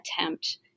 attempt